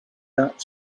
that